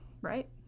right